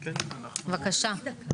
בבקשה.